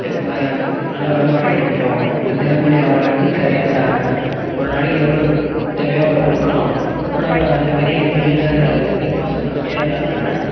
நல்ல வருமானம் கிடைக்கும் தினக்கூலி அவங்களுக்கு சரியான ஒரு நாளைக்கு எவ்வளோ தேவையோ அவ்வளோ கொடுக்கலாம் ஆனால் இப்போ அந்தமாரி எதுவுமே இல்லை நீர்ப்பாசனம் கம்மியாக வர்றதினால